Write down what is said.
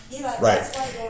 right